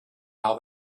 how